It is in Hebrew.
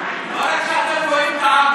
לא רק שאתם רואים את העוול,